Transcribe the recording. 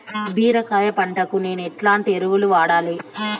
బీరకాయ పంటకు నేను ఎట్లాంటి ఎరువులు వాడాలి?